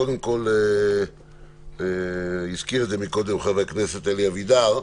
קודם כול, הזכיר את זה קודם חבר הכנסת אלי אבידר,